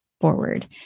forward